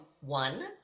one